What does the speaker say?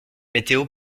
météo